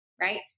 right